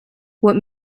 what